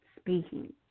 speaking